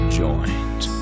joint